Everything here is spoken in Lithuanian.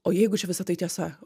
o jeigu čia visa tai tiesa